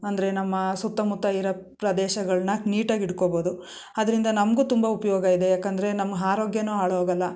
ಅಂದರೆ ನಮ್ಮ ಸುತ್ತಮುತ್ತ ಇರೋ ಪ್ರದೇಶಗಳನ್ನ ನೀಟಾಗಿಟ್ಕೊಳ್ಬೋದು ಅದರಿಂದ ನಮಗೂ ತುಂಬ ಉಪಯೋಗ ಇದೆ ಏಕೆಂದ್ರೆ ನಮ್ಮ ಆರೋಗ್ಯವೂ ಹಾಳಾಗಲ್ಲ